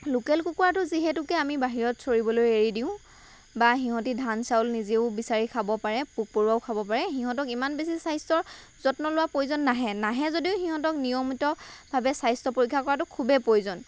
local কুকুৰাটো যিহেতুকে আমি বাহিৰত চৰিবলৈ এৰি দিওঁ বা সিহঁতি ধান চাউল নিজেও বিচাৰি খাব পাৰে পোক পৰুৱাও খাব পাৰে সিহঁতক ইমান বেছি স্বাস্থ্যৰ যত্ন লোৱাৰ প্ৰয়োজন নাহে নাহে যদিও সিহঁতক নিয়মিত ভাৱে স্বাস্থ্য পৰীক্ষা কৰাটো খুবেই প্ৰয়োজন